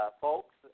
folks